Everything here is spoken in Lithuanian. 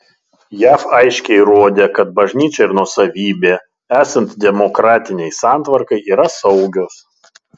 jav aiškiai rodė kad bažnyčia ir nuosavybė esant demokratinei santvarkai yra saugios